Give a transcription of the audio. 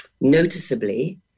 noticeably